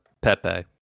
Pepe